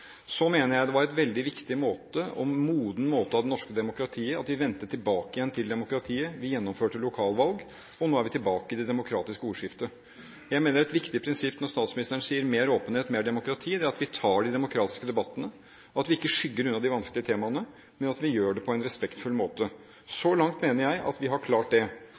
Jeg mener det var en veldig viktig måte – og en moden måte – av det norske demokratiet at vi vendte tilbake igjen til demokratiet. Vi gjennomførte lokalvalg, og nå er vi tilbake i det demokratiske ordskiftet. Jeg mener det er et viktig prinsipp når statsministeren sier mer åpenhet, mer demokrati, at vi tar de demokratiske debattene, og at vi ikke skygger unna de vanskelige temaene, men at vi gjør det på en respektfull måte. Så langt mener jeg at vi har klart det.